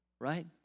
right